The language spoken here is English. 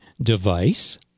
device